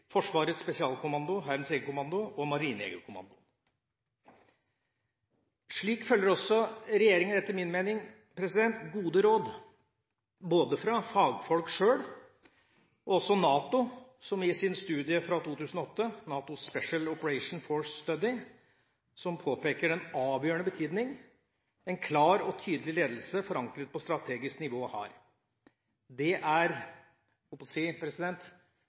Forsvarets to spesialstyrkeavdelinger – Forsvarets spesialkommando/Hærens jegerkommando og Marinejegerkommandoen. Slik følger også regjeringa etter min mening gode råd, både fra fagfolk sjøl, og også NATO, som i sin studie fra 2008 – NATO Special Operations Forces Study – påpeker den avgjørende betydning en klar og tydelig ledelse forankret på strategisk nivå har. Det er anbefalinger vi har sett på